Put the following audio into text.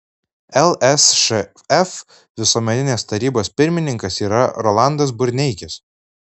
lsšf visuomeninės tarybos pirmininkas yra rolandas burneikis